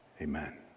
amen